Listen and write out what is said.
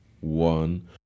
one